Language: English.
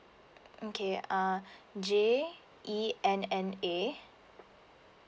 okay uh j e n n a